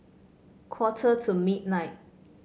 quarter to midnight